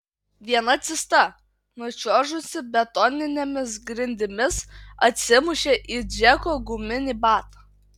viena cista nučiuožusi betoninėmis grindimis atsimušė į džeko guminį batą